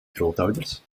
grootouders